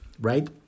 right